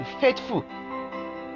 faithful